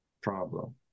problem